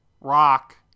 rock